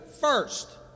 first